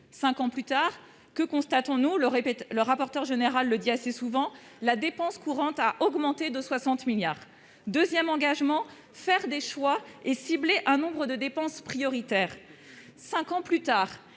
5 ans plus tard, que constatons nous le répète, le rapporteur général le dit assez souvent la dépense courante a augmenté de 60 milliards 2ème engagement, faire des choix et ciblé un nombre de dépenses prioritaires, 5 ans plus tard,